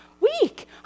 week